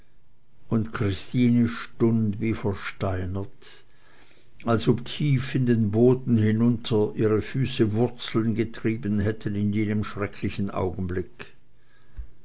und christine stund wie versteinert als ob tief in den boden hinunter ihre füße wurzeln getrieben hätten in jenem schrecklichen augenblick